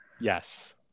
yes